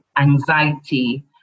anxiety